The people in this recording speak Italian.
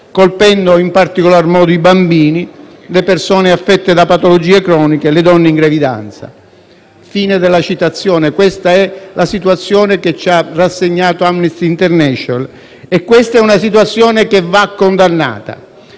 colpendo in particolar modo i bambini, le persone affette da patologie croniche e le donne in gravidanza». Questa è la situazione che ci ha rassegnato Amnesty international.È una situazione che va condannata.